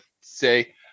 say